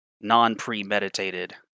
non-premeditated